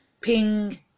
Ping